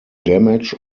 damage